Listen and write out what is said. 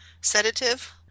sedative